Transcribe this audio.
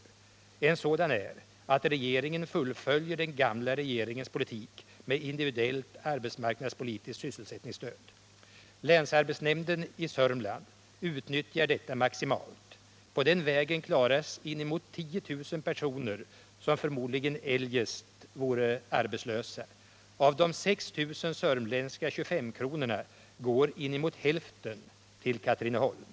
Nr 32 En sådan är att regeringen fullföljer den gamla regeringens politik med Tisdagen den individuellt arbetsmarknadspolitiskt sysselsättningsstöd. Länsarbets 22 november 1977 nämden i Södermanland utnyttjar detta maximalt. På den vägen klaras inemot 10 000 personer, som förmodligen eljest vore arbetslösa. Av de Om åtgärder för att 6 000 södermanländska 25-kronorna går inemot hälften till Katrineholm.